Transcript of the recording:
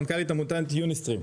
מנכ"לית עמותת יוניסטרים.